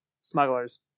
Smugglers